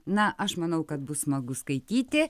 na aš manau kad bus smagu skaityti